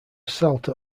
salter